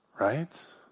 right